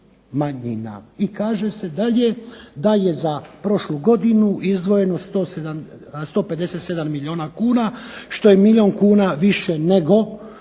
i kaže se dalje da je za prošlu godinu izdvojeno 157 milijuna kuna što je milijun kuna više nego